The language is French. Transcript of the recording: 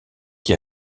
qui